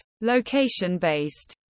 location-based